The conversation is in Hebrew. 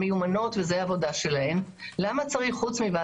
העובדה שצמח כזה יכול לרפא.